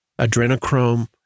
adrenochrome